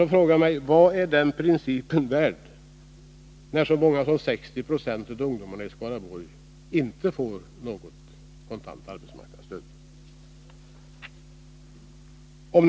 Då frågar man sig: Vad är den principen värd, när så många som nästan 60 96 av de arbetslösa i Skaraborgs län inte får något kontant arbetslöshetsunderstöd?